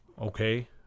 okay